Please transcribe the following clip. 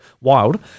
Wild